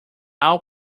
our